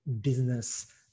business